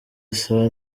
asa